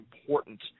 important